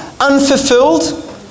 unfulfilled